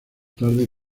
tarde